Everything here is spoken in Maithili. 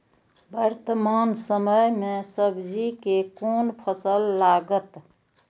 वर्तमान समय में सब्जी के कोन फसल लागत?